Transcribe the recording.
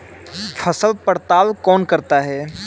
फसल पड़ताल कौन करता है?